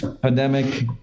pandemic